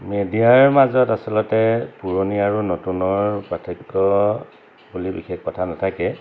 মিডিয়াৰ মাজত আচলতে পুৰণি আৰু নতুনৰ পাৰ্থক্য বুলি বিশেষ কথা নাথাকে